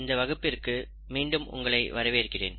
இந்த வகுப்பிற்கு மீண்டும் உங்களை வரவேற்கிறேன்